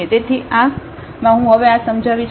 તેથીઆ માં હું હવે આ સમજાવીશ નહીં